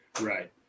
Right